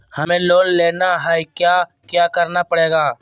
हमें लोन लेना है क्या क्या करना पड़ेगा?